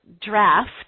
draft